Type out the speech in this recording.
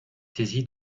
saisi